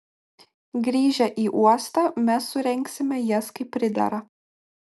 grįžę į uostą mes surengsime jas kaip pridera